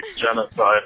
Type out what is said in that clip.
genocide